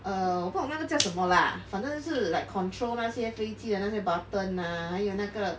err 我不懂那个叫什么 lah 反正是 like control 那些飞机的那些 button lah 还有那个